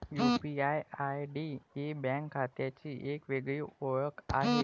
UPI ID ही bank खात्याची एक वेगळी ओळख आहे